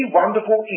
wonderful